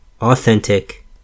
Authentic